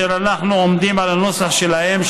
אשר אנחנו עומדים על הנוסח שלהן,